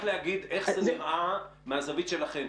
איך זה נראה מהזווית שלכם,